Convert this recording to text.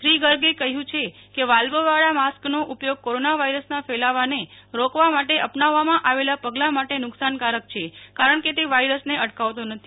શ્રી ગર્ગે કહ્યું છે કે વાલ્વવાળા માસ્કનો ઉપયોગ કોરોના વાયરસના ફેલાવાને રોકવા માટે અપનાવવામાં આવેલા પગલા માટે નુકશાનકારક છે કારણ કે તે વાયરસને અટકાવતો નથી